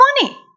funny